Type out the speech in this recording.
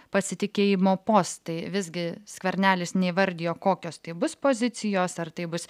pasitikėjimo postai visgi skvernelis neįvardijo kokios tai bus pozicijos ar tai bus